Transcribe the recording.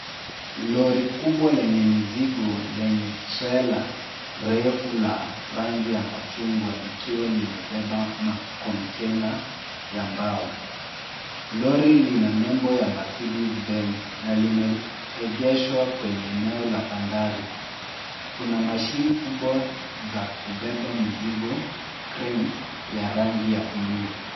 Lori kubwa lenye mizigo lenye trela refu la rangi ya machungwa likiwa limebeba makontena ya mbao. Lori lina nembo ya Mercedes Benz na limeegeshwa kwenye eneo la bandari. Kuna machine kubwa za kubeba mizigo, cranes , ya rangi ya blue .